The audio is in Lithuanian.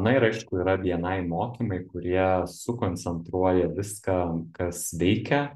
na ir aišku yra bni mokymai kurie sukoncentruoja viską kas veikia